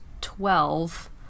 twelve